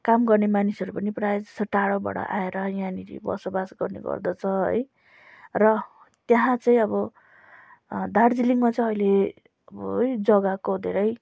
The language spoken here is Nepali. काम गर्ने मानिसहरू पनि प्रायः जस्तो टाडोबाट आएर यहाँनिर बसोबास गर्ने गर्दछ है र त्यहाँ चाहिँ अब दार्जिलिङमा चाहिँ अहिले अब है जग्गाको धेरै